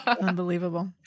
Unbelievable